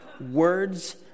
words